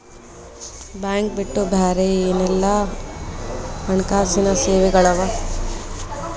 Bank ಬಿಟ್ಟು ಬ್ಯಾರೆ ಏನೆಲ್ಲಾ ಹಣ್ಕಾಸಿನ್ ಸೆವೆಗಳವ?